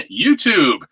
youtube